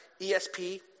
ESP